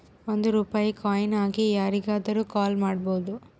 ಒಂದ್ ರೂಪಾಯಿ ಕಾಯಿನ್ ಹಾಕಿ ಯಾರಿಗಾದ್ರೂ ಕಾಲ್ ಮಾಡ್ಬೋದು